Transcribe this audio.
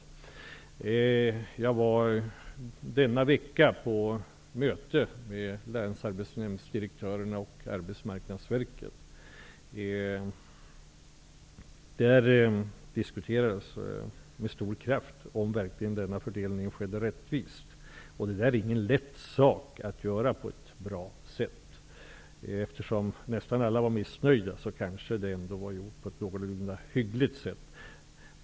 Denna vecka har jag varit på möte med direktörerna för länsarbetsnämnderna och Arbetsmarknadsverket, och det diskuterades med stor kraft om fördelningen verkligen skedde rättvist. Det är inte lätt att fördela på ett bra sätt. Eftersom nästan alla var missnöjda är kanske fördelningen någorlunda bra.